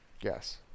Yes